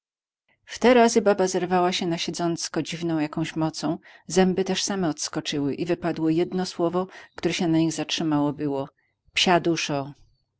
razy baba zerwała się na siedzącko dziwną jakąś mocą zęby też same odskoczyły i wypadło jedno słowo które się na nich zatrzymało było